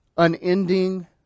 unending